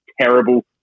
terrible